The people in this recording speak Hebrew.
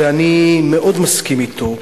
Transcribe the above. ואני מאוד מסכים אתו,